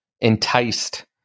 enticed